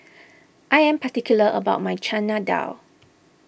I am particular about my Chana Dal